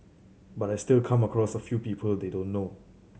but I still come across a few people they don't know